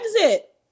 exit